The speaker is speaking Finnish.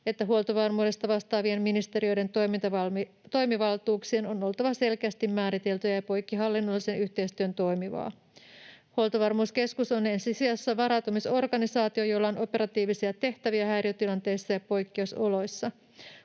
että huoltovarmuudesta vastaavien ministeriöiden toimivaltuuksien on oltava selkeästi määriteltyjä ja poikkihallinnollisen yhteistyön toimivaa. Huoltovarmuuskeskus on ensisijassa varautumisorganisaatio, jolla on operatiivisia tehtäviä häiriötilanteissa ja poikkeusoloissa.